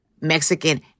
Mexican